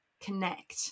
connect